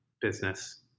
business